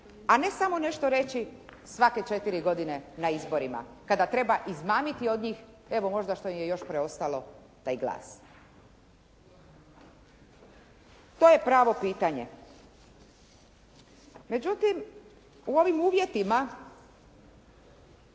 a ne samo nešto reći svake četiri godine na izborima, kada treba izmamiti od njih, evo možda što im je još preostalo taj glas. To je pravo pitanje. Međutim, u ovim uvjetima